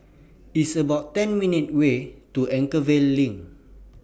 It's about ten minutes' Walk to Anchorvale LINK